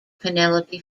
penelope